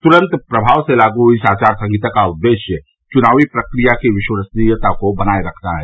तुरंत प्रभाव से लागू इस आचार संहिता का उद्देश्य चुनावी प्रक्रिया की विश्वसनीयता को बनाए रखना है